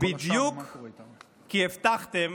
בדיוק כי הבטחתם